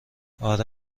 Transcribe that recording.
اره